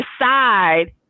decide